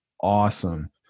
awesome